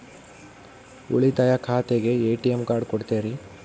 ಉಳಿತಾಯ ಖಾತೆಗೆ ATM card ಕೊಡ್ತೇರಿ?